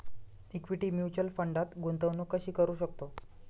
Equity mutual फंडात गुंतवणूक कशी करू शकतो?